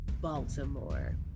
Baltimore